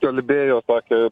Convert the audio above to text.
kalbėjo tokia